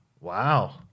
Wow